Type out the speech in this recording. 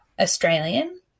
Australian